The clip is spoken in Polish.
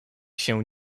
się